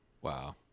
wow